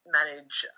manage